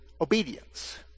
obedience